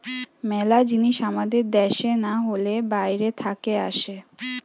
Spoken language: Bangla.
মেলা জিনিস আমাদের দ্যাশে না হলে বাইরে থাকে আসে